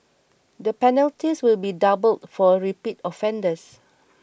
the penalties will be doubled for repeat offenders